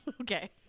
Okay